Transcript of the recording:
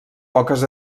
poques